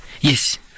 Yes